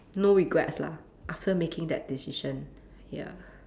no regrets lah after making that decision ya